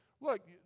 Look